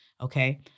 okay